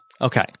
Okay